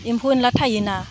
एम्फौ एनला थायोना